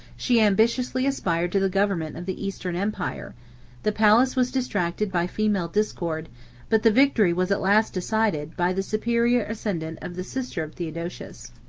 she ambitiously aspired to the government of the eastern empire the palace was distracted by female discord but the victory was at last decided, by the superior ascendant of the sister of theodosius.